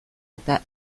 eta